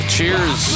Cheers